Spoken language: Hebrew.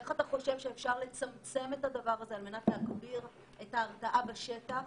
איך אתה חושב שאפשר לצמצם את הדבר הזה על מנת להגביר את ההרתעה בשטח?